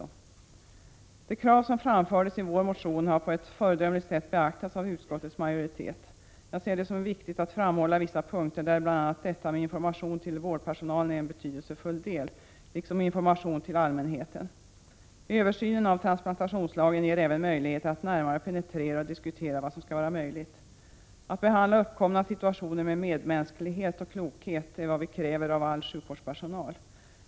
De krav som framfördes i vår motion har på ett föredömligt sätt beaktats av utskottets majoritet. Jag ser det som viktigt att framhålla vissa punkter, där bl.a. information till vårdpersonalen är en betydelsefull del liksom information till allmänheten. Översynen av transplantationslagen ger även möjligheter att närmare penetrera och diskutera vad som skall vara möjligt. Att behandla uppkomna situationer med medmänsklighet och klokhet är vad vi kräver av all sjukvårdspersonal.